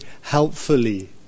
helpfully